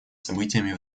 событиями